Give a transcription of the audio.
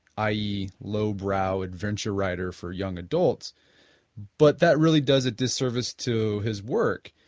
i e. lowbrow adventure writer for young adults but that really does a disservice to his work.